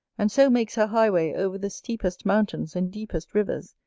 and so makes her highway over the steepest mountains and deepest rivers,